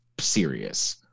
serious